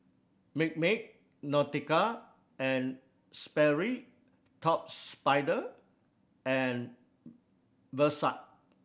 Milkmaid Nautica and Sperry Top Spider and Versace